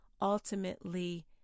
ultimately